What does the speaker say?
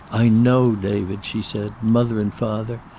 i know, david, she said. mother and father,